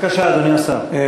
אדוני השר, בבקשה.